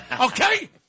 okay